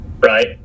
right